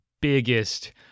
biggest